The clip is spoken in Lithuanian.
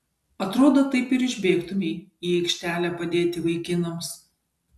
atrodo taip ir išbėgtumei į aikštelę padėti vaikinams